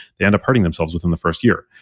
they end up hurting themselves within the first year.